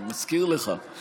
אני מזכיר לך.